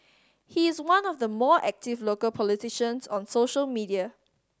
he is one of the more active local politicians on social media